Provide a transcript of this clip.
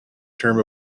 term